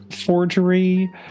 forgery